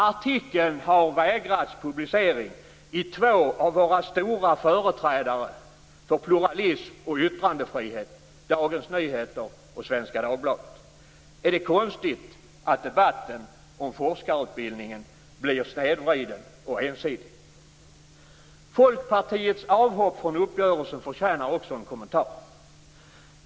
Artikeln har vägrats publicering i två av våra stora företrädare för pluralism och yttrandefrihet; Dagens Nyheter och Svenska Dagbladet. Är det konstigt att debatten om forskarutbildningen blir snedvriden och ensidig? Folkpartiets avhopp från uppgörelsen förtjänar också en kommentar.